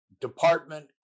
department